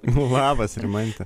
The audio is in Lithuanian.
labas rimante